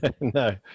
No